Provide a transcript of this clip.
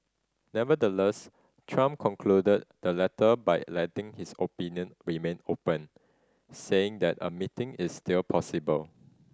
Nevertheless Trump concluded the letter by letting his option remain open saying that a meeting is still possible